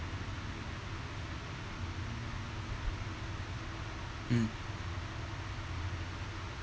mm